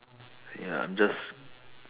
ya I'm just